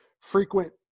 frequent